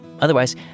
Otherwise